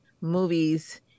movies